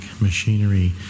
machinery